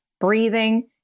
breathing